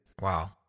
Wow